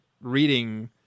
reading